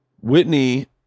whitney